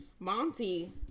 Monty